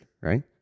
right